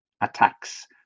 attacks